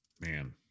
Man